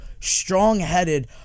strong-headed